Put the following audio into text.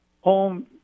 home